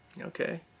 Okay